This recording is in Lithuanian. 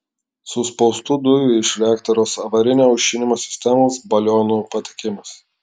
suspaustų dujų iš reaktoriaus avarinio aušinimo sistemos balionų patekimas